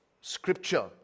Scripture